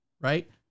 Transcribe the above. right